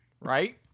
Right